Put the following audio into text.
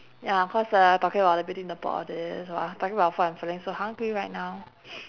ya cause ah talking about the beauty in a pot and all this !wah! talking about food I'm feeling so hungry right now